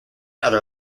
other